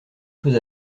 choses